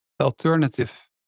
alternative